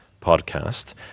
podcast